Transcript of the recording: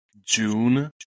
june